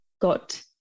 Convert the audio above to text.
got